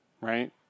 right